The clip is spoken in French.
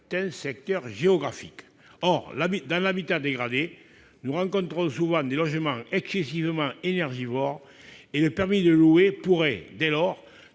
secteurs géographiques. Or, dans l'habitat dégradé, nous rencontrons souvent des logements excessivement énergivores. Le permis de louer pourrait dès lors